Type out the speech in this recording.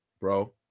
bro